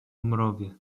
mrowie